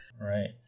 Right